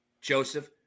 Joseph